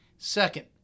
Second